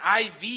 IV